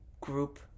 group